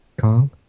Kong